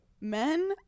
men